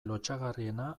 lotsagarriena